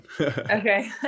Okay